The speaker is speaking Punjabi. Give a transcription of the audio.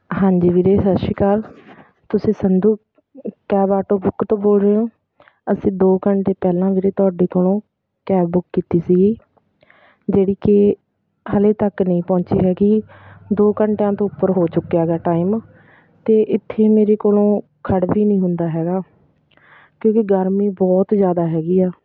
ਹਾਂਜੀ ਵੀਰੇ ਸਤਿ ਸ਼੍ਰੀ ਅਕਾਲ ਤੁਸੀਂ ਸੰਧੂ ਕੈਬ ਆਟੋ ਬੁੱਕ ਤੋਂ ਬੋਲ ਰਹੇ ਹੋ ਅਸੀਂ ਦੋ ਘੰਟੇ ਪਹਿਲਾਂ ਵੀਰੇ ਤੁਹਾਡੇ ਕੋਲੋਂ ਕੈਬ ਕੀਤੀ ਸੀਗੀ ਜਿਹੜੀ ਕਿ ਹਲੇ ਤੱਕ ਨਹੀਂ ਪਹੁੰਚੀ ਹੈਗੀ ਦੋ ਘੰਟਿਆਂ ਤੋਂ ਉੱਪਰ ਹੋ ਚੁੱਕਿਆ ਹੈਗਾ ਟਾਈਮ ਅਤੇ ਇੱਥੇ ਮੇਰੇ ਕੋਲੋਂ ਖੜ੍ਹ ਵੀ ਨਹੀਂ ਹੁੰਦਾ ਹੈਗਾ ਕਿਉਂਕਿ ਗਰਮੀ ਬਹੁਤ ਜ਼ਿਆਦਾ ਹੈਗੀ ਆ